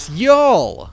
y'all